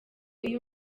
iyo